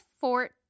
fort